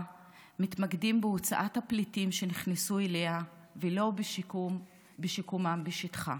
מתמקדים בהוצאת הפליטים שנכנסו אליה ולא בשיקומם בשטחה.